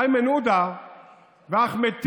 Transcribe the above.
איימן עודה ואחמד טיבי,